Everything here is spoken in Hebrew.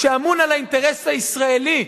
שאמון על האינטרס הישראלי,